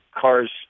cars